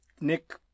Nick